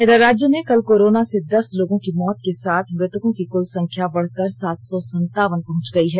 इधर राज्य में कल कोरोना से दस लोगों की मौत के साथ मृतकों की कुल संख्या बढ़कर सात सौ सन्तावन पहुंच गई है